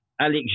Alex